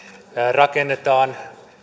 rakennetaan